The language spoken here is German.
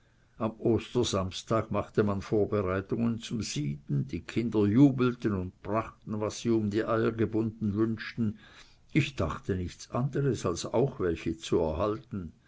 am ostersamstag machte man vorbereitungen zum sieden die kinder jubelten und brachten was sie um die eier gebunden wünschten ich dachte nichts anders als auch welche zu erhalten